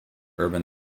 urban